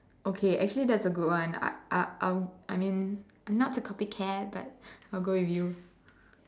okay actually that's a good one I I'll I'll I mean I'm not a copycat but I'll go with you